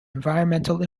environmental